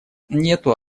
нету